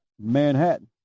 Manhattan